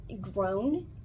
grown